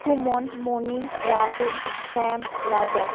Suman Mani Rahul Shyam Raja